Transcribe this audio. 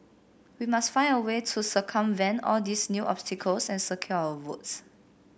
we must find a way to circumvent all these new obstacles and secure our votes